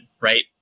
right